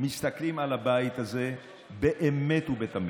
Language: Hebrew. מסתכלים על הבית הזה באמת ובתמים,